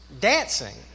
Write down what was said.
dancing